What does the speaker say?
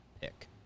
pick